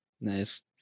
Nice